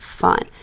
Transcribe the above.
fun